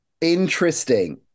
Interesting